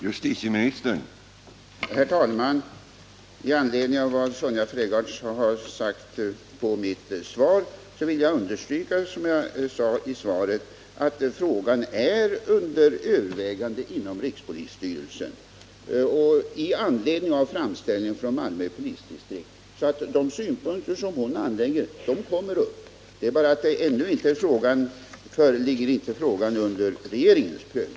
Herr talman! Med anledning av vad Sonja Fredgardh sade i sitt inlägg vill jag understryka det jag framhöll i svaret, nämligen att den här frågan är under övervägande inom rikspolisstyrelsen genom den framställning som gjorts från Malmö polisdistrikt. De synpunkter som Sonja Fredgardh anlägger här kommer således att diskuteras — det är bara det att frågan ännu inte föreligger för regeringens prövning.